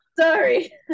sorry